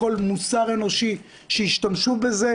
ונמשיך לעבוד יחד למען המדינה.